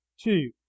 two